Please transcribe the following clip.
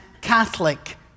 catholic